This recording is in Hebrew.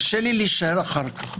קשה לי להישאר אחרון.